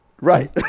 Right